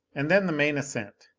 and then the main ascent.